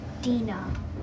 Dina